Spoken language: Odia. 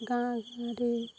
ଗାଁରେ